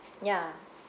ya